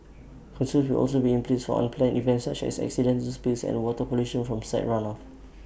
controls will also be in place unplanned events such as accidental spills and water pollution from site run off